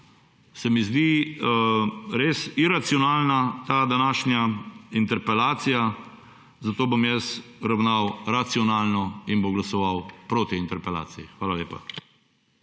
se mi zdi res iracionalna ta današnja interpelacija, zato bom jaz ravnal racionalno in bom glasoval proti interpelaciji. Hvala lepa.